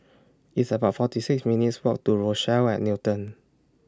It's about forty six minutes' Walk to Rochelle At Newton